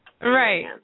Right